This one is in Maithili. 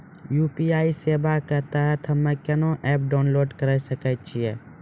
यु.पी.आई सेवा के तहत हम्मे केना एप्प डाउनलोड करे सकय छियै?